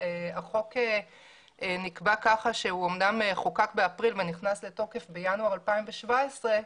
החוק נקבע כך שהוא אומנם חוקק באפריל ונכנס לתוקף בינואר 2017,